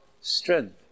strength